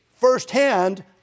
firsthand